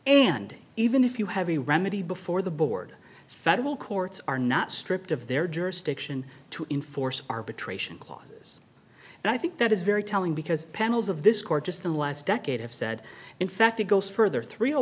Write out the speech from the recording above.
and even if you have a remedy before the board federal courts are not stripped of their jurisdiction to enforce arbitration clauses and i think that is very telling because panels of this court just in the last decade have said in fact it goes further thr